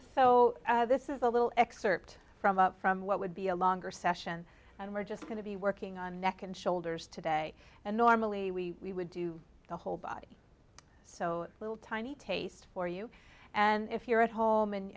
so this is a little excerpt from from what would be a longer session and we're just going to be working on neck and shoulders today and normally we would do the whole body so little tiny taste for you and if you're at home and